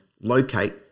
locate